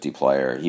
player